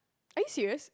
are you serious